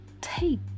take